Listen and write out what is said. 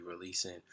releasing